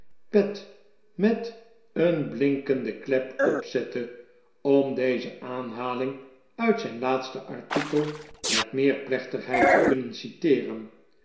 pet met een blinkende klep opzette om deze aanhaling uit zijn laatste artikel met meer plechtigheid te kunnen citeeren